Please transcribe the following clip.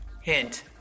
Hint